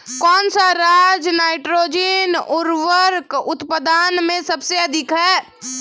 कौन सा राज नाइट्रोजन उर्वरक उत्पादन में सबसे अधिक है?